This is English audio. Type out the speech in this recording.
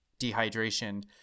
dehydration